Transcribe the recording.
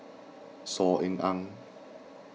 Saw Ean Ang